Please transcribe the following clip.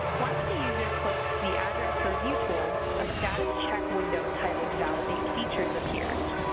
once the user clicks the address review tool, a status check window titled validate features appears.